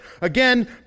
Again